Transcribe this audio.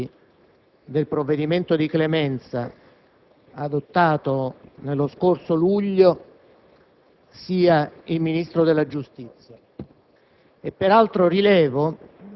degli effetti del provvedimento di clemenza adottato nello scorso luglio sia il Ministro della giustizia.